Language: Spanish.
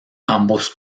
ambos